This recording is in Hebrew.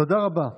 תודה רבה.